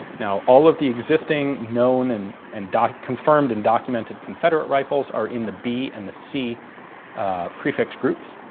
now all of the existing known and and. confirmed and documented confederate rifles are in the b and the c prefix groups,